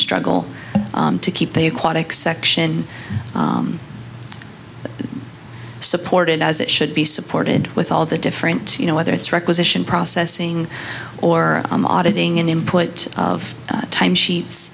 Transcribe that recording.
struggle to keep a aquatic section supported as it should be support with all the different you know whether it's requisition processing or auditing an input of time sheets